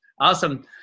Awesome